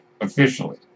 officially